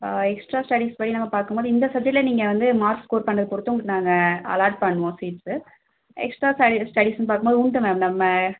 extra ஸ்டடிஸ்படி நாம் பார்க்கும்போது இந்த சப்ஜெக்டில் நீங்க வந்து மார்க் ஸ்கோர் பண்றதை பொறுத்து உங்களுக்கு நாங்கள் அலாட் பண்ணுவோம் சீட்ஸு எக்ஸ்ட்ரா ஸ்டடி ஸ்டடிஸ்னு பார்க்கும்போது உண்டு மேம் நம்